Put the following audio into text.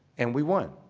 and we won,